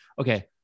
Okay